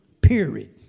period